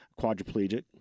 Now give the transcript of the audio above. quadriplegic